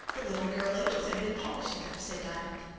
the little girl-angels had been polishing them, said diamond.